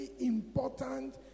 important